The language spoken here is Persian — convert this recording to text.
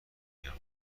میان